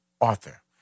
author